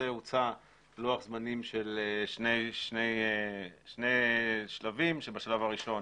והוצע לוח זמנים של שני שלבים כאשר בשלב הראשון